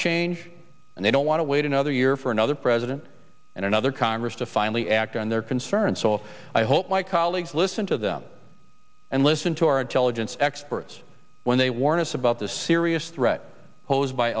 change and they don't want to wait another year for another president and another congress to finally act on their concern so i hope my colleagues listen to them and listen to our intelligence experts when they warn us about the serious threat posed by